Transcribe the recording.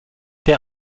der